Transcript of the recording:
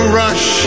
rush